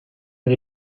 you